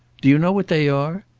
do you know what they are?